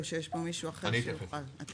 או שיש פה מישהו אחר שיכול להתייחס,